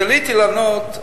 כשעליתי לענות,